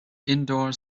indoor